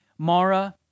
Mara